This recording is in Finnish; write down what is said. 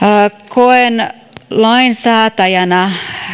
koen lainsäätäjänä